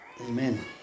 Amen